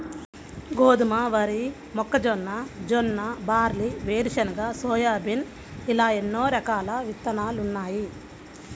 గోధుమ, వరి, మొక్కజొన్న, జొన్న, బార్లీ, వేరుశెనగ, సోయాబీన్ ఇలా ఎన్నో రకాల విత్తనాలున్నాయి